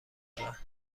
دارد